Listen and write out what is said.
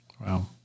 Wow